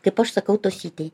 kaip aš sakau tosytėj